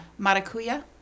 Maracuya